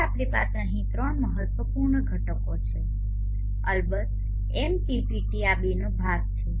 હવે આપણી પાસે અહીં ત્રણ મહત્વપૂર્ણ ઘટકો છે અલબત્ત એમપીપીટી આ બેનો ભાગ છે